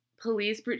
police